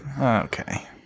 Okay